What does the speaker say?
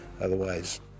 otherwise